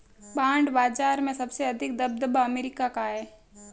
bond बाजार में सबसे अधिक दबदबा अमेरिका का है